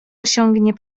osiągnie